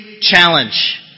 challenge